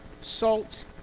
salt